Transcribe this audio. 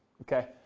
okay